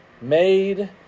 made